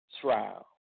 trial